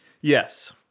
Yes